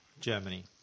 Germany